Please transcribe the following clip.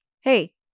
Hey